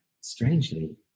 strangely